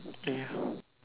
ya